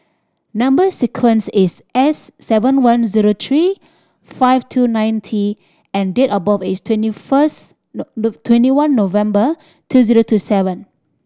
number sequence is S seven one zero three five two nine T and date of birth is twenty first of twenty one November two zero two seven